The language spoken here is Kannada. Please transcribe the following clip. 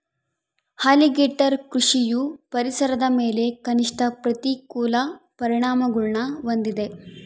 ಅಲಿಗೇಟರ್ ಕೃಷಿಯು ಪರಿಸರದ ಮೇಲೆ ಕನಿಷ್ಠ ಪ್ರತಿಕೂಲ ಪರಿಣಾಮಗುಳ್ನ ಹೊಂದಿದೆ